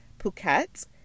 Phuket